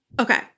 okay